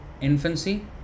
infancy